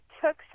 took